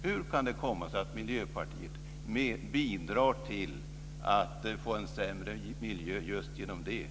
Hur kan det komma sig att Miljöpartiet bidrar till att få en sämre miljö just genom detta?